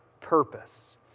purpose